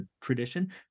tradition